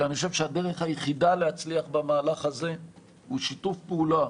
אלא אני חושב שהדרך היחידה להצליח במהלך הזה הוא שיתוף פעולה